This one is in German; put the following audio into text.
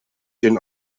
den